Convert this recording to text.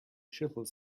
shuttle